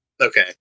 Okay